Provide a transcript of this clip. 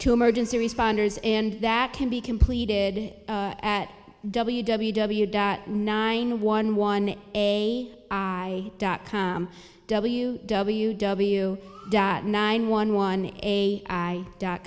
to emergency responders and that can be completed at w w w dot nine one one a i dot com w w w dot nine one one a i dot